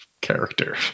character